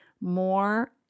more